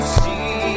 see